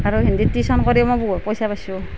আৰু হিন্দীত টিচন কৰি মই বহুত পইচা পাইছোঁ